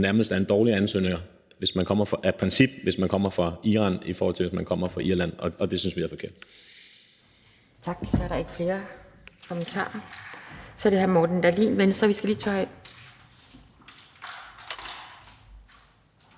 princip er en dårlig ansøger, hvis man kommer fra Iran, frem for hvis man kommer fra Irland. Og det synes vi er forkert.